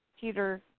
Peter